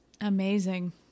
amazing